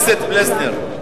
פלסנר,